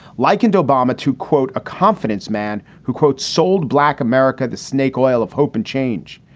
likened obama to, quote, a confidence man who, quote, sold black america the snake oil of hope and change.